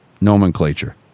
Nomenclature